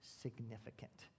significant